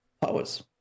powers